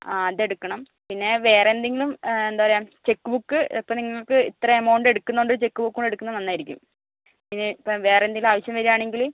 ആ അത് എടുക്കണം പിന്നെ വേറെ എന്തെങ്കിലും എന്താ പറയുക ചെക്ക് ബുക്ക് ഇപ്പം നിങ്ങൾക്ക് ഇത്ര എമൗണ്ട് എടുക്കുന്നോണ്ട് ചെക്ക് ബുക്ക് കൂടെ എടുക്കുന്ന നന്നായിരിക്കും ഇനി ഇപ്പം വേറെ എന്തേലും ആവശ്യം വരുവാണെങ്കില്